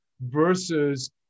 versus